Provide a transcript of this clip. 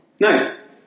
nice